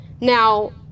Now